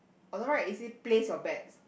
on the right it says place your bets